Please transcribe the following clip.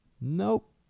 Nope